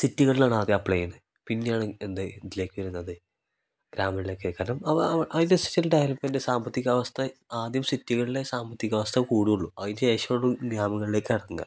സിറ്റികളിലാണ് ആദ്യം അപ്ലൈ ചെയ്യുന്നത് പിന്നെയാണ് എന്ത് ഇതിലേക്ക് വരുന്നത് ഗ്രാമങ്ങളിലേക്ക് കാരണം അവ അതിൻ്റെ സോഷ്യൽ ഡെവലപ്മെൻറ്റ്റ് സാമ്പത്തികാവസ്ഥ ആദ്യം സിറ്റികളിലെ സാമ്പത്തികാവസ്ഥ കൂടുള്ളു അതിന് ശേഷം ഉള്ളൂ ഗ്രാമങ്ങളിലേക്ക് ഇറങ്ങുക